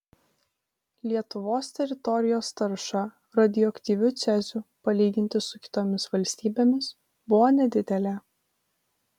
lietuvos teritorijos tarša radioaktyviu ceziu palyginti su kitomis valstybėmis buvo nedidelė